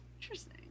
Interesting